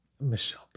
Michelle